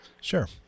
Sure